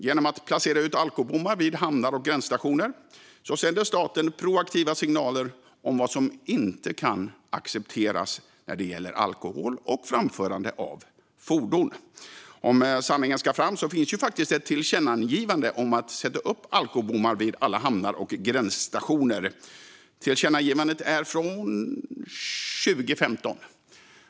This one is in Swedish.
Genom att placera ut alkobommar vid hamnar och gränsstationer sänder staten proaktiva signaler om vad som inte kan accepteras när det gäller alkohol och framförande av fordon. Om sanningen ska fram finns det ett tillkännagivande om att sätta upp alkobommar vid alla hamnar och gränsstationer. Tillkännagivandet är från 2015.